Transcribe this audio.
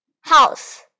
house